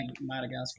Madagascar